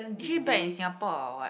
is she back in Singapore or what